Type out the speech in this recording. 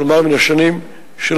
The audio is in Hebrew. כלומר מן השנים שלפנינו.